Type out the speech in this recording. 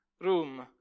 room